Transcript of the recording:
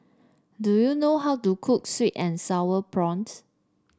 do you know how to cook sweet and sour prawns